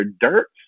Dirt